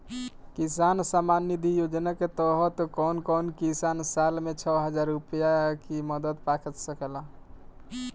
किसान सम्मान निधि योजना के तहत कउन कउन किसान साल में छह हजार रूपया के मदद पा सकेला?